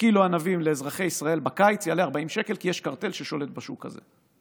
שקילו ענבים לאזרחי ישראל בקיץ יעלה 40 שקל כי יש קרטל ששולט בשוק הזה.